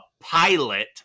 pilot